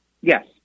Yes